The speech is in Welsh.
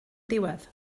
diwedd